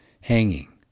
hanging